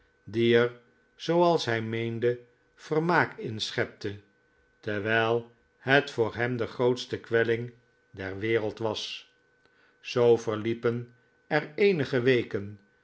die er zooals hij meende vermaak in schepte terwijl het voor hem de grootste kwelling der wereld was zoo verliepen er eenige weken